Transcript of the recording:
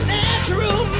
natural